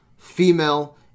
female